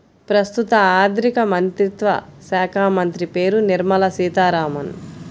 ప్రస్తుత ఆర్థికమంత్రిత్వ శాఖామంత్రి పేరు నిర్మల సీతారామన్